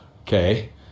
okay